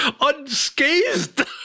Unscathed